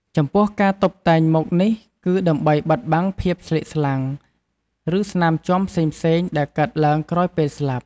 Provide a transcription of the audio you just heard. ចំពោះការតុបតែងមុខនេះគឺដើម្បីបិទបាំងភាពស្លេកស្លាំង ឬស្នាមជាំផ្សេងៗដែលកើតឡើងក្រោយពេលស្លាប់។